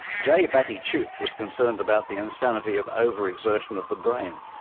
j batty tuke was concerned about the insanity of overexertion of the brain.